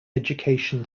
education